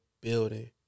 building